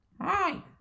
Hi